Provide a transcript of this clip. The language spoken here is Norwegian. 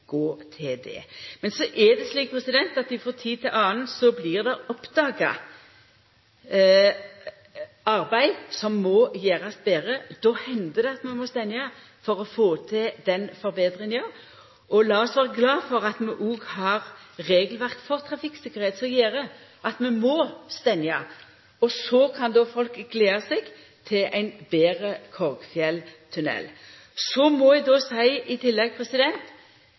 gå til det. Men så er det slik at det iblant blir oppdaga arbeid som må gjerast betre. Då hender det at ein må stengja for å få til den forbetringa. Lat oss vera glade for at vi òg har regelverk for trafikktryggleik, som gjer at vi må stengja. Så kan folk gleda seg til ein betre Korgfjelltunnel. Så må eg